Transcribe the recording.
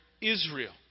Israel